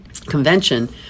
convention